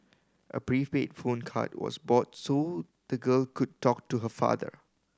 a prepaid phone card was bought so the girl could talk to her father